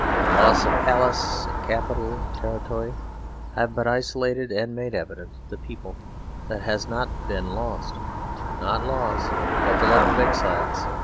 the loss of palace and capital and territory have but isolated and made evident the people that has not been lost not laws but the love of exiles,